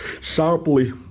sharply